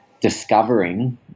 discovering